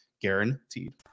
guaranteed